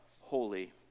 holy